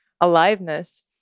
aliveness